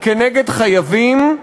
נגד חייבים,